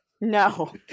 No